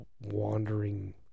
wandering